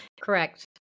Correct